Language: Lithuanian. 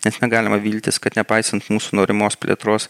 nes negalima viltis kad nepaisant mūsų norimos plėtros